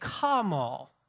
Kamal